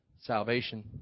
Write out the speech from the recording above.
salvation